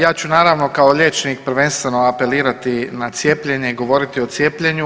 Ja ću naravno kao liječnik prvenstveno apelirati na cijepljenje i govoriti o cijepljenju.